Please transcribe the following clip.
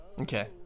Okay